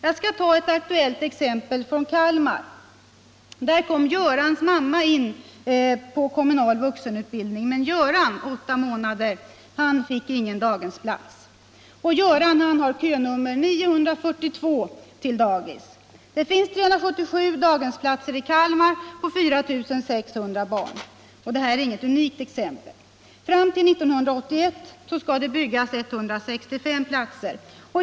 Jag skall ta ett aktuellt exempel från Kalmar: Görans mamma kom in på kommunal vuxenutbildning. Men Göran, 8 månader, fick ingen daghemsplats. Göran har könummer 942 till dagis. Det finns 377 daghemsplatser i Kalmar och 4 600 barn. Detta är inget unikt exempel. Fram till 1981 skall det byggas 165 platser.